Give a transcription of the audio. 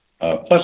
Plus